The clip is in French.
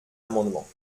amendement